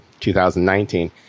2019